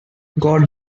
god